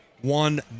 one